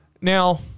Now